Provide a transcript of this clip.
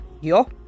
Yo